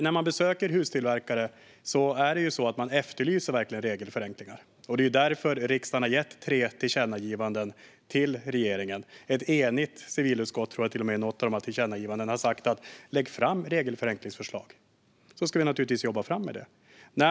När man besöker hustillverkare får man höra att de verkligen efterlyser regelförenklingar. Det är därför som riksdagen har gett tre tillkännagivanden till regeringen. Ett enigt civilutskott har, tror jag, i ett av dessa tillkännagivanden sagt till regeringen att lägga fram regelförenklingsförslag. Då ska man naturligtvis jobba fram sådana.